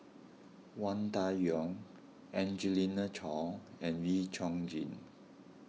Wang Dayuan Angelina Choy and Wee Chong Jin